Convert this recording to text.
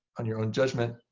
on your own judgment.